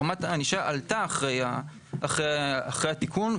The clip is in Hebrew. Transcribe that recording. רמת הענישה עלתה אחרי התיקון,